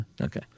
Okay